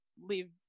leave